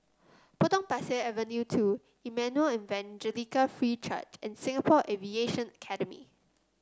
Potong Pasir Avenue two Emmanuel Evangelical Free Church and Singapore Aviation Academy